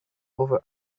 over